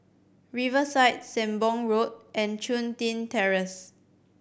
Riverside Sembong Road and Chun Tin Terrace